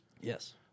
Yes